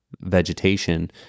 vegetation